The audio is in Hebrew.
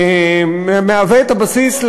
הוא הבסיס,